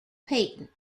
peyton